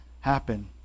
happen